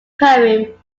poem